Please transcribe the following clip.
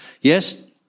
Yes